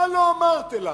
מה לא אמרתם לנו,